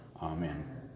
Amen